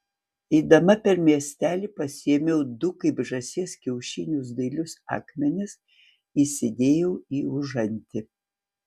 eidama per miestelį pasiėmiau du kaip žąsies kiaušinius dailius akmenis įsidėjau į užantį